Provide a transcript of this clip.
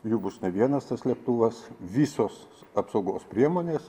jų bus ne vienas tas lėktuvas visos apsaugos priemonės